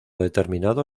determinado